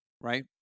right